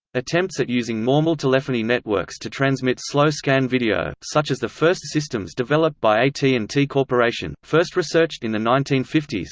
attempts at using normal telephony networks to transmit slow-scan video, such as the first systems developed by ah at and t corporation, first researched in the nineteen fifty s,